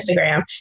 Instagram